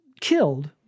killed